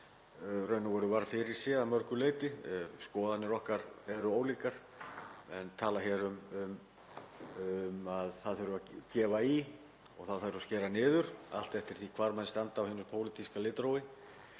raun og veru var fyrirséð að mörgu leyti. Skoðanir okkar eru ólíkar. Menn tala hér um að það þurfi að gefa í og það þurfi að skera niður, allt eftir því hvar menn standa á hinu pólitíska litrófi.